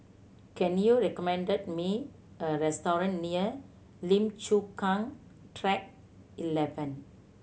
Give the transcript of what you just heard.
can you recommend me a restaurant near Lim Chu Kang Track Eleven